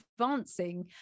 advancing